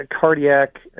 cardiac